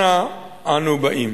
אנה אנו באים?